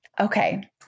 okay